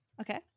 Okay